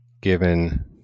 given